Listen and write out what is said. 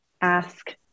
ask